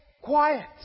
quiet